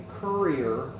courier